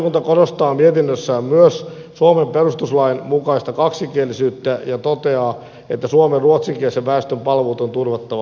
valiokunta korostaa mietinnössään myös suomen perustuslain mukaista kaksikielisyyttä ja toteaa että suomen ruotsinkielisen väestön palvelut on turvattava ohjelmatoiminnassa